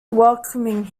welcoming